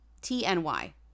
T-N-Y